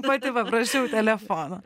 pati paprašiau telefono